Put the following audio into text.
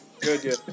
Good